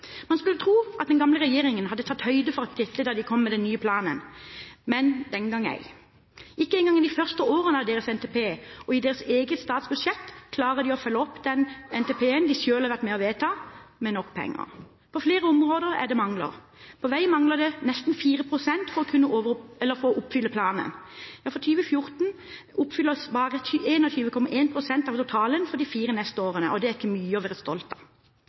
Man skulle tro at den gamle regjeringen hadde tatt høyde for dette da de kom med den nye planen, men den gang ei. Ikke engang i de første årene av sin NTP og i sitt eget statsbudsjett klarte de å følge opp den NTP-en de selv har vært med på å vedta, med nok penger. På flere områder er det mangler. På vei mangler det nesten 4 pst. for å kunne oppfylle planen. For 2014 oppfylles bare 21,1 pst. av totalen for de fire neste årene, og det er ikke mye å være stolt av.